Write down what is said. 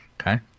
Okay